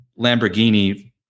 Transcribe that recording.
Lamborghini